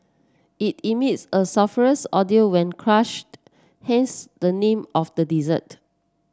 it emits a sulphurous odour when crushed hence the name of the dessert